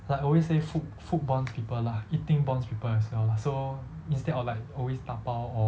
I always say food food bonds people lah eating bonds people as well lah so instead of like always 打包 or